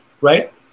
right